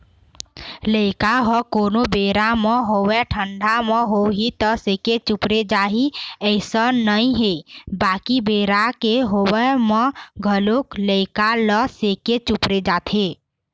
लइका ह कोनो बेरा म होवय ठंडा म होही त सेके चुपरे जाही अइसन नइ हे बाकी बेरा के होवब म घलोक लइका ल सेके चुपरे जाथे